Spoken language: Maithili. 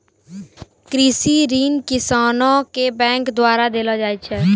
कृषि ऋण किसानो के बैंक द्वारा देलो जाय छै